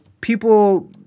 people